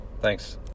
thanks